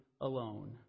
alone